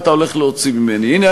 מה אתה עושה?